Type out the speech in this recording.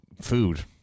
food